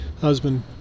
husband